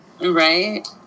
right